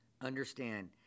understand